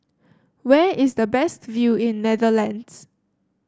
where is the best view in Netherlands